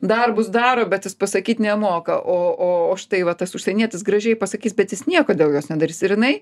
darbus daro bet jis pasakyt nemoka o o štai va tas užsienietis gražiai pasakys bet jis nieko dėl jos nedarys ir jinai